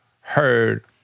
heard